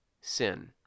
sin